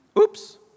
Oops